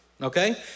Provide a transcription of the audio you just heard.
Okay